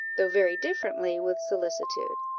though very differently, with solicitude.